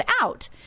out